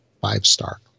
five-star